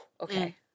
okay